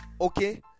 Okay